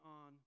on